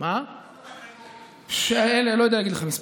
אני לא יודע להגיד לך מספר,